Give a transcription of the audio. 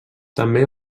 també